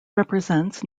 represents